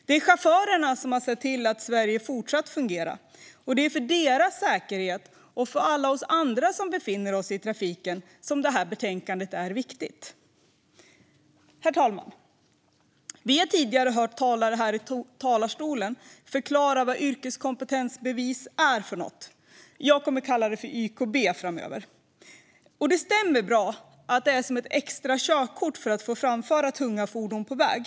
Det är chaufförerna som har sett till att Sverige har fortsatt att fungera, och det är för deras säkerhet och för alla oss andra som befinner oss i trafiken som det här betänkandet är viktigt. Herr talman! Vi har tidigare hört talare här i talarstolen förklara vad yrkeskompetensbevis är för något. Jag kommer att kalla det för YKB framöver. Det stämmer att det är som ett extra körkort för att få framföra tunga fordon på väg.